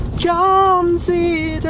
john z.